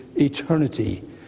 eternity